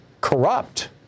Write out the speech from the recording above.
corrupt